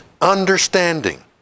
understanding